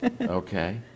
Okay